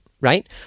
right